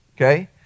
okay